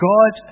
God